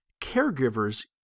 caregivers